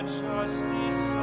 justice